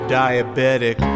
diabetic